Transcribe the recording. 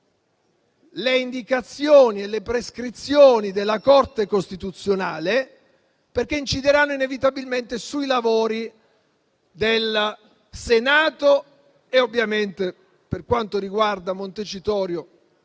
le indicazioni e le prescrizioni della Corte costituzionale, perché incideranno inevitabilmente sui lavori del Senato. Per quanto riguarda Montecitorio,